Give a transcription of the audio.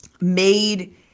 made